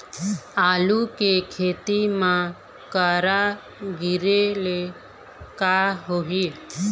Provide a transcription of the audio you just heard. आलू के खेती म करा गिरेले का होही?